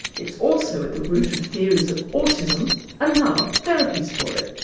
it's also at the root of theories of autism and now therapies for it,